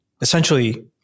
essentially